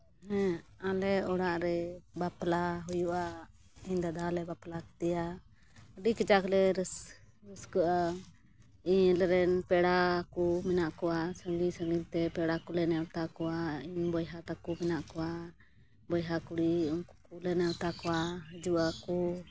ᱦᱮᱸ ᱟᱞᱮ ᱚᱲᱟᱜ ᱨᱮ ᱵᱟᱯᱞᱟ ᱦᱩᱭᱩᱜᱼᱟ ᱤᱧ ᱫᱟᱫᱟ ᱞᱮ ᱵᱟᱯᱞᱟ ᱠᱮᱫᱮᱭᱟ ᱟᱹᱰᱤ ᱠᱟᱡᱟᱠ ᱞᱮ ᱨᱟᱹᱥᱠᱟᱹᱜᱼᱟ ᱤᱧ ᱦᱤᱞᱤ ᱨᱮᱱ ᱯᱮᱲᱟ ᱠᱚ ᱢᱮᱱᱟᱜ ᱠᱚᱣᱟ ᱥᱟᱺᱜᱤᱧ ᱥᱟᱺᱜᱤᱧ ᱛᱮ ᱯᱮᱲᱟ ᱠᱚᱞᱮ ᱱᱮᱣᱛᱟ ᱠᱚᱣᱟ ᱤᱧ ᱵᱚᱭᱦᱟ ᱛᱟᱠᱚ ᱢᱮᱱᱟᱜ ᱠᱚᱣᱟ ᱵᱚᱭᱦᱟ ᱠᱩᱲᱤ ᱩᱱᱠᱩ ᱠᱚᱞᱮ ᱱᱮᱣᱛᱟ ᱠᱚᱣᱟ ᱦᱤᱡᱩᱜᱼᱟ ᱠᱚ